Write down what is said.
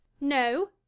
No